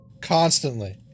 constantly